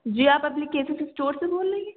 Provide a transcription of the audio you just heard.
جی آپ application store سے بول رہی ہیں